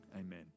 Amen